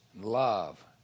love